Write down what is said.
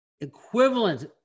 equivalent